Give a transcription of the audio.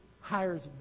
hires